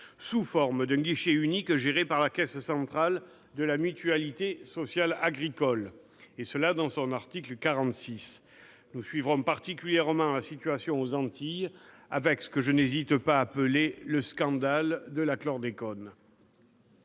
-sous forme d'un guichet unique géré par la caisse centrale de la Mutualité sociale agricole. Nous suivrons particulièrement la situation aux Antilles, avec ce que je n'hésite pas à appeler le scandale du chlordécone.